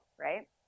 right